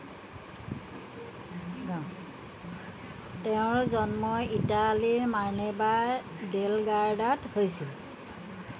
তেওঁৰ জন্ম ইটালীৰ মানেৰ্বা ডেল গাৰ্ডাত হৈছিল